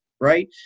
right